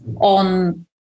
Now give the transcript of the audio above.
on